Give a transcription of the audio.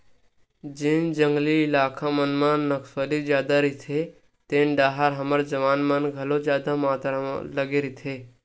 जेन जंगली इलाका मन म नक्सली जादा रहिथे तेन डाहर हमर जवान मन घलो जादा मातरा लगे रहिथे